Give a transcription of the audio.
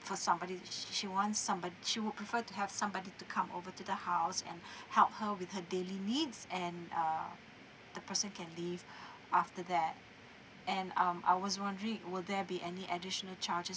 for somebody sh~ she wants somebo~ she would prefer to have somebody to come over to the house and help her with her daily needs and uh the person can leave after that and um I was wondering will there be any additional charges